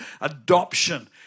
adoption